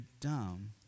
dumb